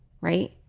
right